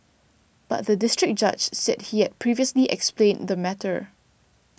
but the District Judge said he had previously explained the matter